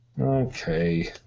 Okay